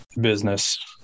business